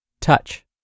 Touch